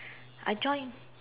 I join